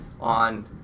on